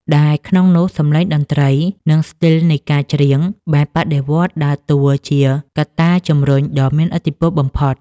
ដែលក្នុងនោះ សម្លេងតន្ត្រី និង ស្ទីលនៃការច្រៀង បែបបដិវត្តន៍ដើរតួជាកត្តាជម្រុញដ៏មានឥទ្ធិពលបំផុត។